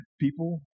people